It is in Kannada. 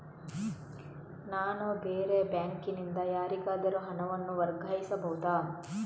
ನಾನು ಬೇರೆ ಬ್ಯಾಂಕ್ ನಿಂದ ಯಾರಿಗಾದರೂ ಹಣವನ್ನು ವರ್ಗಾಯಿಸಬಹುದ?